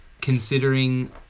considering